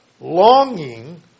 longing